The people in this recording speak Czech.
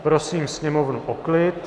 A prosím sněmovnu o klid!